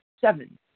Seven